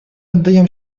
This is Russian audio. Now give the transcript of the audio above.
отдаем